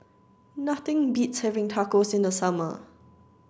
nothing beats having Tacos in the summer